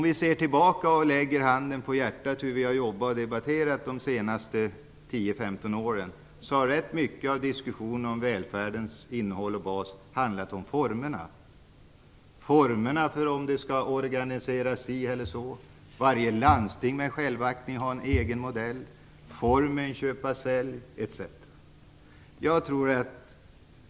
Vi kan lägga handen på hjärtat och se tillbaka på hur vi har jobbat och debatterat under de senaste 10 15 åren. Rätt mycket av diskussionen om välfärden har handlat om formerna, om man skall organisera si eller så. Varje landsting med självaktning har en egen modell. Det handlar om köpa-sälj-systemet etc.